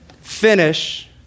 Finish